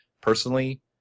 Personally